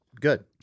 good